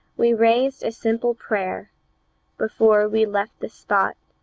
we raised a simple prayer before we left the spot,